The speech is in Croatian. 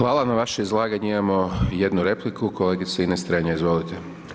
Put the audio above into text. Hvala na vaše izlaganje imamo jednu repliku, kolegica Ines Strenja, izvolite.